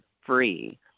free